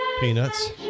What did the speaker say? Peanuts